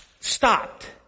stopped